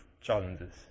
challenges